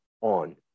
on